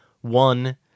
one